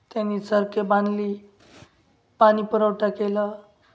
त्यांनी सारखे बांधली पाणी पुरवठा केला